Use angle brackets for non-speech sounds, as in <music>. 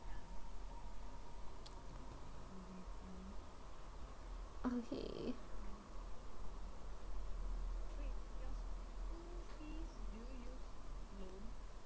<noise> okay